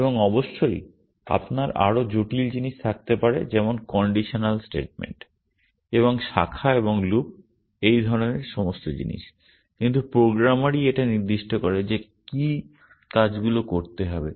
এবং অবশ্যই আপনার আরও জটিল জিনিস থাকতে পারে যেমন কন্ডিশনাল স্টেটমেন্ট এবং শাখা এবং লুপ এবং এই ধরনের সমস্ত জিনিস কিন্তু প্রোগ্রামারই এটা নির্দিষ্ট করে যে কী কাজগুলি করতে হবে